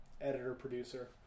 editor-producer